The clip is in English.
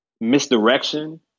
misdirection